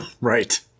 Right